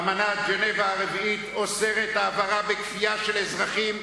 אמנת ז'נבה הרביעית אוסרת העברה בכפייה של אזרחים.